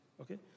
okay